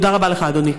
תודה רבה לך, אדוני.